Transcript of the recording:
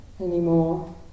anymore